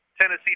Tennessee